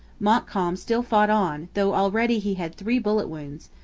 montcalm still fought on, though already he had three bullet wounds,